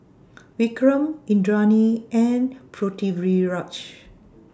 Vikram Indranee and Pritiviraj